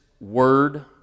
word